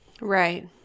Right